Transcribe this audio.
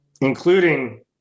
including